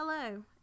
Hello